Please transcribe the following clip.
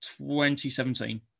2017